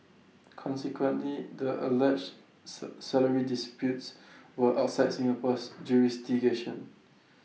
consequently the alleged salary disputes were outside Singapore's jurisdiction